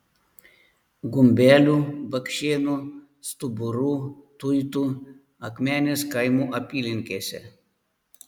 gumbelių bakšėnų stuburų tuitų akmenės kaimų apylinkėse